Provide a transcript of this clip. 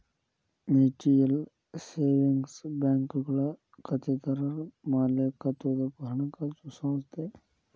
mutual savings ಬ್ಯಾಂಕ್ಗಳು ಖಾತೆದಾರರ್ ಮಾಲೇಕತ್ವದ ಹಣಕಾಸು ಸಂಸ್ಥೆ